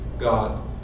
god